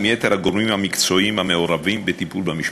יתר הגורמים המקצועיים המעורבים בטיפול במשפחה.